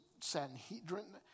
Sanhedrin